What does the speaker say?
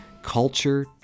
culture